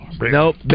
nope